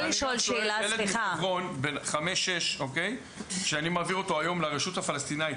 ילד מחברון בין חמש או שש שאני מעביר אותו היום לרשות הפלסטינאית,